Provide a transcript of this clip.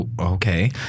Okay